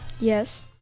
Yes